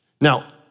Now